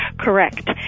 Correct